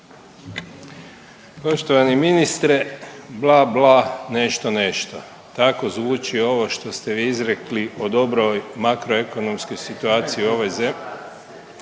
Poštovani ministre, bla, bla, nešto, nešto tako zvuči ovo što ste vi izrekli o dobroj makro ekonomskoj situaciji u ovoj zemlji